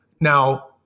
Now